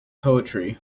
poetry